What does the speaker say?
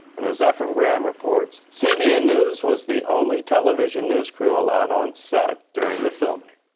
and as efrem graham reports, cbn news was the only television news crew allowed onset during the filming.